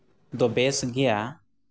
ᱫᱚ ᱵᱮᱥ ᱜᱮᱭᱟ